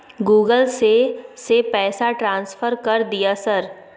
Google से से पैसा ट्रांसफर कर दिय सर?